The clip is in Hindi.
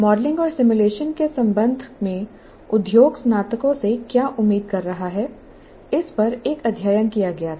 मॉडलिंग और सिमुलेशन के संबंध में उद्योग स्नातकों से क्या उम्मीद कर रहा है इस पर एक अध्ययन किया गया था